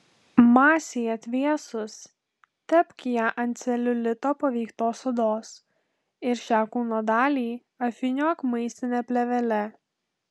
masei atvėsus tepk ją ant celiulito paveiktos odos ir šią kūno dalį apvyniok maistine plėvele